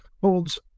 holds